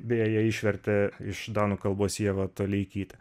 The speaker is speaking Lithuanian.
beje ją išvertė iš danų kalbos ieva toleikytė